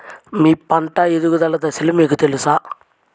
మీ పంట ఎదుగుదల దశలు మీకు తెలుసా?